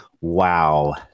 Wow